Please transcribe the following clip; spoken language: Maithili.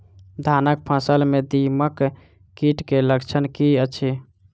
धानक फसल मे दीमक कीट केँ लक्षण की अछि?